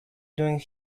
doing